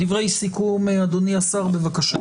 דברי סיכום, אדוני השר, בבקשה.